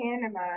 panama